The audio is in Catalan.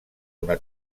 una